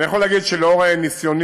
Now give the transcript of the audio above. אני יכול להגיד שלאור ניסיוני,